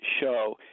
show